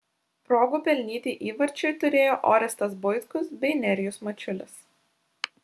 progų pelnyti įvarčiui turėjo orestas buitkus bei nerijus mačiulis